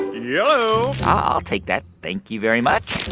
yello i'll take that. thank you very much